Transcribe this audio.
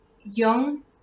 Young